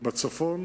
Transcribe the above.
בצפון,